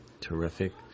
terrific